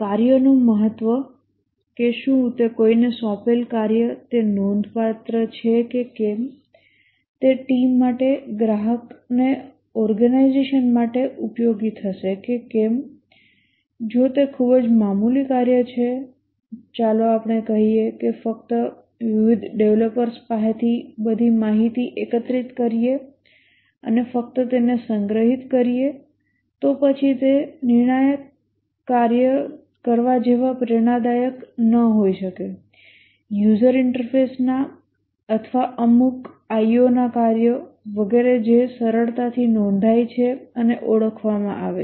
કાર્યનું મહત્વ કે શું તે કોઈને સોંપેલ કાર્ય તે નોંધપાત્ર છે કે કેમ તે ટીમ માટે ગ્રાહકને ઓર્ગેનાઈઝેશન માટે ઉપયોગી થશે કે કેમ જો તે ખૂબ જ મામૂલી કાર્ય છે ચાલો આપણે કહીએ કે ફક્ત વિવિધ ડેવલપર્સ પાસેથી બધી માહિતી એકત્રિત કરીએ અને ફક્ત તેને સંગ્રહિત કરીએ તો પછી તે નિર્ણાયક કાર્ય કરવા જેવા પ્રેરણાદાયક ન હોઈ શકે યુઝર ઇન્ટરફેસ ના અથવા અમુક I O કાર્યો વગેરે જે સરળતાથી નોંધાય છે અને ઓળખવામાં આવે છે